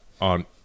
on